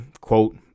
quote